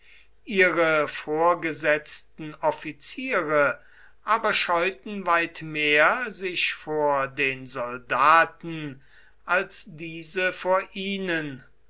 ihre vorgesetzten offiziere aber scheuten weit mehr sich vor den soldaten als diese vor ihnen